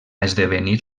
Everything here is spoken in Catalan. esdevenir